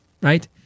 right